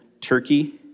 Turkey